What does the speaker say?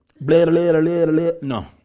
No